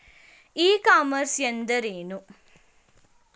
E commerce ಎಂದರೆ ಏನು?